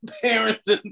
parents